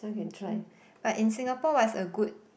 okay but in Singapore what's a good